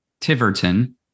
Tiverton